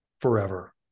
forever